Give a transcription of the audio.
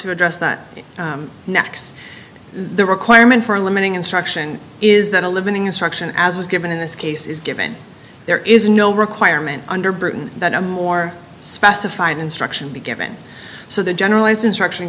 to address that next the requirement for limiting instruction is that a living instruction as was given in this case is given there is no requirement under britain that a more specify an instruction be given so the generalized instruction